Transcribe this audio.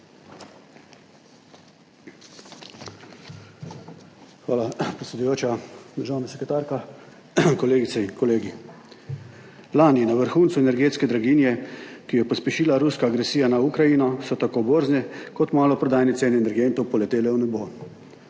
Hvala, predsedujoča. Državna sekretarka, kolegice in kolegi! Lani, na vrhuncu energetske draginje, ki jo je pospešila ruska agresija na Ukrajino, so tako borzne kot maloprodajne cene energentov poletele v nebo.